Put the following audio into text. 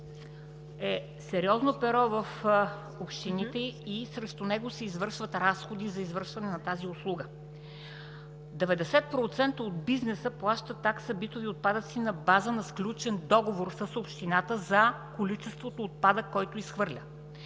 е сериозно перо в общините и срещу него се извършват разходи за извършване на тази услуга. 90% от бизнеса плаща такса битови отпадъци на база на сключен договор с общината за количеството отпадък, който изхвърля.